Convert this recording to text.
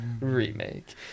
remake